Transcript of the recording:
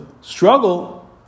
struggle